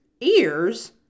ears